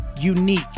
Unique